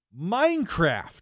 Minecraft